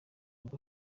rwo